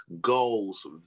goals